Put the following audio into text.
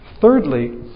Thirdly